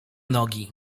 nogi